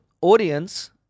audience